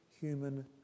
human